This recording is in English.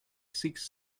seeks